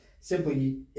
simply